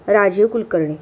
Rajiv Kulkarni